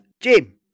Jim